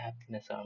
happiness